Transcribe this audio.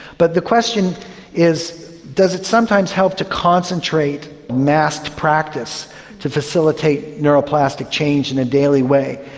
but the question is does it sometimes help to concentrate massed practice to facilitate neuroplastic change in a daily way?